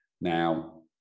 Now